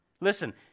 listen